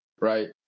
right